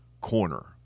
corner